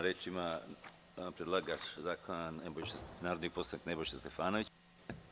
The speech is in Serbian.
Reč ima predlagač zakona narodni poslanik Nebojša Stefanović.